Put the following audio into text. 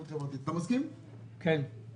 בעלי מחזור מעל 400 מיליון שקלים ולעסקים חדשים מחודש